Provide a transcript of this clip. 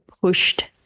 pushed